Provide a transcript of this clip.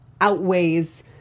outweighs